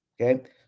Okay